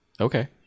Okay